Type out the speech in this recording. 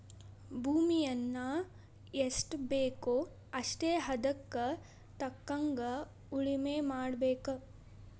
ಭೂಮಿಯನ್ನಾ ಎಷ್ಟಬೇಕೋ ಅಷ್ಟೇ ಹದಕ್ಕ ತಕ್ಕಂಗ ಉಳುಮೆ ಮಾಡಬೇಕ